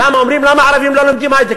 אומרים: למה ערבים לא לומדים היי-טק?